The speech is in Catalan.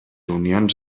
unions